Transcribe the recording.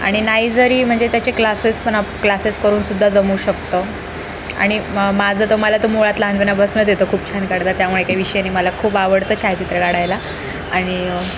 आणि नाही जरी म्हणजे त्याचे क्लासेस पण आपण क्लासेस करून सुद्धा जमवू शकतं आणि म माझं तर मला तो मुळात लहानपणापासनंच येतं खूप छान काढता त्यामुळे काही विषय नाही मला खूप आवडतं छायाचित्र काढायला आणि